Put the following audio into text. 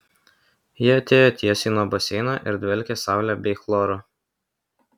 ji atėjo tiesiai nuo baseino ir dvelkė saule bei chloru